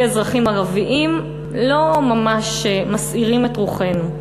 אזרחים ערבים לא ממש מסעירים את רוחנו,